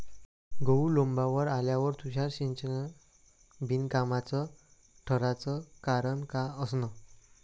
गहू लोम्बावर आल्यावर तुषार सिंचन बिनकामाचं ठराचं कारन का असन?